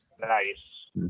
Nice